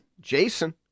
Jason